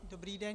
Dobrý den.